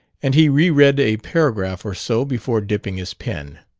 and he re-read a paragraph or so before dipping his pen.